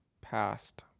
past